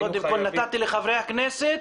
קודם כל נתתי לחברי הכנסת.